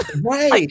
Right